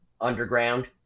underground